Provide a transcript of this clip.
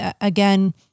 again